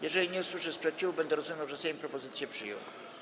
Jeżeli nie usłyszę sprzeciwu, będę rozumiał, że Sejm propozycje przyjął.